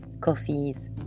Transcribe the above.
coffees